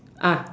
ah